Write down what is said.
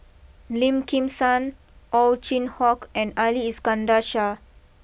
Lim Kim San Ow Chin Hock and Ali Iskandar Shah